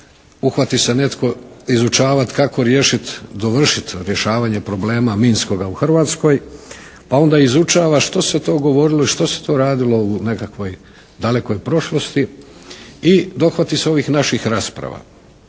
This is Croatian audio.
uhvati se netko izučavati kako riješiti, dovršiti rješavanje problema minskoga u Hrvatskoj pa onda izučava što se to govorilo i što se to radilo u nekakvoj dalekoj prošlosti i dohvati se ovih naših rasprava